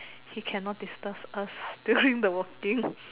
he cannot disturb us during the walking